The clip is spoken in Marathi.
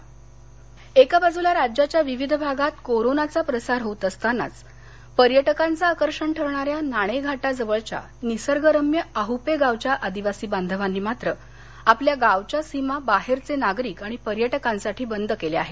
गावबंदी एका बाजूला राज्याच्या विविध भागात कोरोनाचा प्रसार होत असताना पर्यटकांचं आकर्षण ठरणाऱ्या नाणे घाटाजवळच्या निसर्गरम्य आहपे गावच्या आदिवासी बांधवानी मात्र आपल्या गावच्या सीमा बाहेरचे नागरिक आणि पर्यटकांसाठी बंद केला आहे